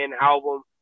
album